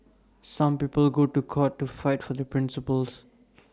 some people go to court to fight for their principles